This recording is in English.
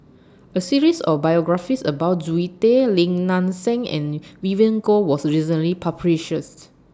A series of biographies about Zoe Tay Lim Nang Seng and Vivien Goh was recently